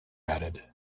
added